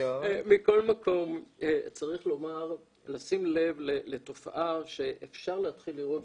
מכל מקום צריך לשים לב לתופעה שאפשר להתחיל לראות